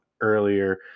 earlier